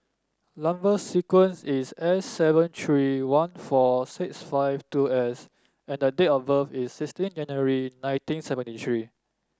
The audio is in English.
number sequence is S seven three one four six five two S and the date of birth is sixteen January nineteen seventy three